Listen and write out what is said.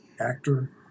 actor